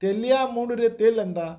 ତେଲିଆ ମୁଣ୍ଡରେ ତେଲ ଏନ୍ତା